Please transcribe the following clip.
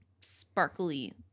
sparkly